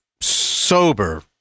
sober